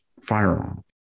firearm